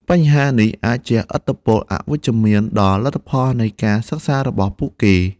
បញ្ហានេះអាចជះឥទ្ធិពលអវិជ្ជមានដល់លទ្ធផលនៃការសិក្សារបស់ពួកគេ។